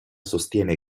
sostiene